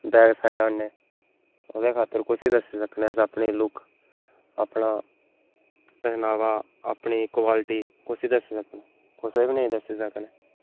back side आन्ने ओह्दे खात्तर कुसी दस्सी सकने आं अस अपनी लुक अपना पह्नावा अपनी क्वालटी कुसी दस्सी सकने कुसै बी नेईं दस्सी सकने